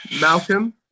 Malcolm